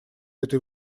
этой